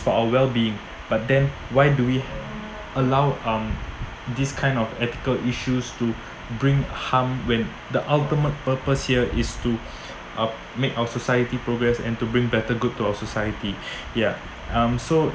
for our well being but then why do we allow um this kind of ethical issues to bring harm when the ultimate purpose here is to um make our society progress and to bring better good to our society ya um so